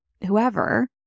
whoever